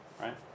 right